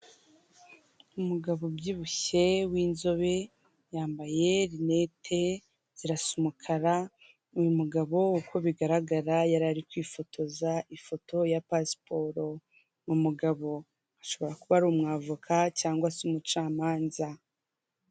Umugabo ubyibushye w'inzobe yambaye rinete zirasa umukara, uyu mugabo uko bigaragara yari ari kwifotoza ifoto ya pasiporo, umugabo ashobora kuba ari umwavoka cyangwa se umucamanza.